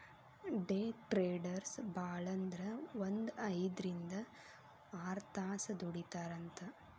ಡೆ traders ಭಾಳಂದ್ರ ಒಂದ್ ಐದ್ರಿಂದ್ ಆರ್ತಾಸ್ ದುಡಿತಾರಂತ್